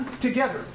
Together